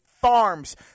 farms